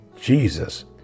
Jesus